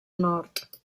nord